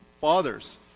fathers